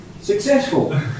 successful